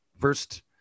first